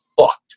fucked